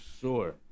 Sure